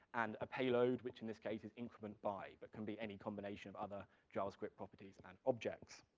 and a payload, which in this case is incrementby, but can be any combination of other javascript properties and objects.